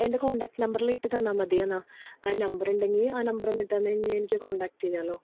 എന്റെ കോണ്ടാക്ട് നമ്പറിലിട്ട് തന്നാൽ മതിയെന്നാൽ ആ നമ്പറുണ്ടെങ്കിൽ ആ നമ്പറൊന്ന് ഇട്ടു തന്നു കഴിഞ്ഞാൽ എനിക്ക് കോണ്ടാക്ട് ചെയ്യാമല്ലൊ